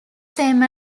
same